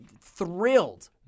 thrilled